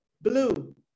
blue